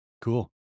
cool